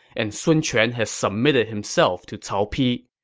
and sun quan has submitted himself to cao pi.